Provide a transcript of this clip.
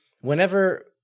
whenever